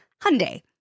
Hyundai